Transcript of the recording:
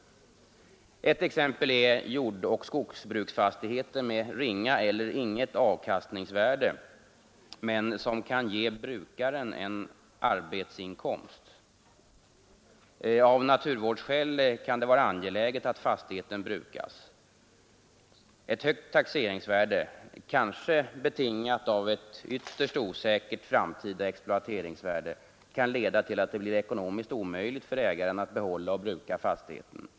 Ett exempel är jordoch skogsbruksfastigheter med ringa eller inget avkastningsvärde men som kan ge brukaren en arbetsinkomst. Av naturvårdsskäl kan det vara angeläget att fastigheten brukas. Ett högt taxeringsvärde, kanske betingat av ett ytterst osäkert framtida exploateringsvärde, kan leda till att det blir ekonomiskt omöjligt för ägaren att behålla och bruka fastigheten.